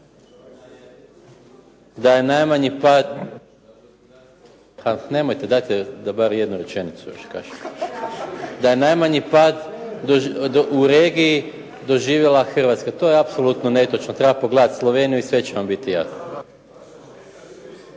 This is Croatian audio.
je da najmanji pad. Nemojte dajte da bar još jednu rečenicu kažem! Da je najmanji pad u regiji doživjela Hrvatska. To je apsolutno netočno. Treba pogledati Sloveniju i sve će vam biti jasno.